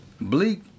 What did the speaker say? Bleak